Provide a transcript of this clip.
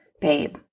babe